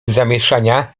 zamieszania